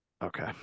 Okay